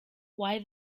why